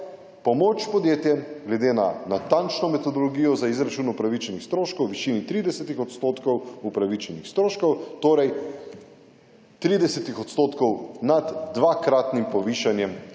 pomoč podjetjem glede na natančno metodologijo za izračun opravičenih stroškov v višini 30 odstotkov opravičenih stroškov torej 30 odstotkov nad 2-kratnim povišanjem